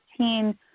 2015